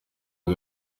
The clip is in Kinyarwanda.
ngo